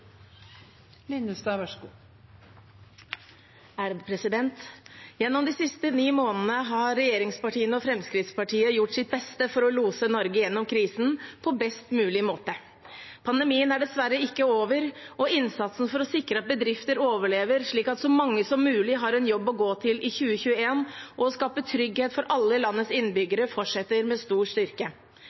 Gjennom de siste ni månedene har regjeringspartiene og Fremskrittspartiet gjort sitt for å lose Norge gjennom krisen på best mulig måte. Pandemien er dessverre ikke over, og innsatsen for å sikre at bedrifter overlever, slik at så mange som mulig har en jobb å gå til i 2021, og å skape trygghet for alle landets innbyggere fortsetter med stor styrke.